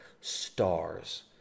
stars